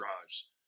drives